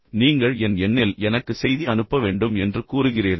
பின்னர் நீங்கள் என் எண்ணில் எனக்கு செய்தி அனுப்ப வேண்டும் என்று கூறுகிறீர்கள்